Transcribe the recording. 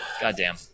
Goddamn